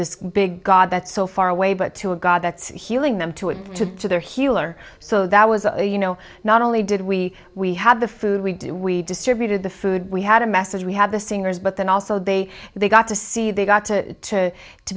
this big god that so far away but to a god that's healing them to and to to their healer so that was you know not only did we we have the food we do we distributed the food we had a message we have the singers but then also they they got to see they got to to to